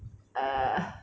ugh